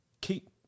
keep